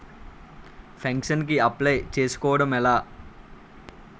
Pension కి apply చేసుకోవడం ఎలా?